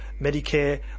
Medicare